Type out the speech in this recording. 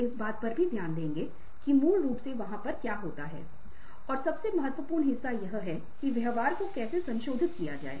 और असफलता की स्थिति में असफलता से आसानी से पीछे हट सकते हैं और संगठन के प्रति उनकी प्रतिबद्धता है